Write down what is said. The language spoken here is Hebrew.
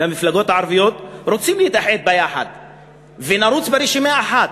במפלגות הערביות, רוצים להתאחד ונרוץ ברשימה אחת,